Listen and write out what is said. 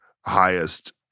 highest